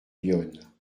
yonne